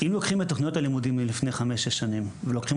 אם לוקחים את תוכנית הלימודים מלפני חמש-שש שנים ולוקחים